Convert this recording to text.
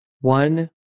one